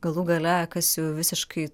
galų gale kas jau visiškai